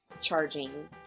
charging